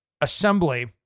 assembly